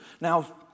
Now